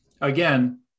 again